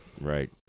right